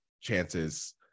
chances